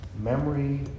memory